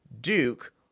Duke